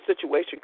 situation